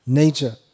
nature